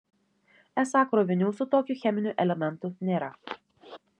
esą krovinių su tokiu cheminiu elementu nėra